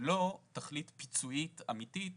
ולא תכלית פיצויית אמיתית